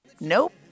Nope